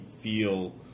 feel